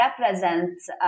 represents